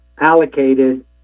allocated